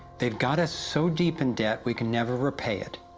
they got us so deep in debt, we can never repay it,